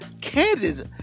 Kansas